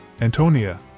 antonia